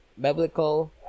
biblical